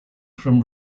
from